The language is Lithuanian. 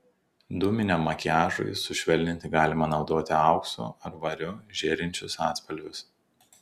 dūminiam makiažui sušvelninti galima naudoti auksu ar variu žėrinčius atspalvius